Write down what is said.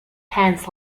hans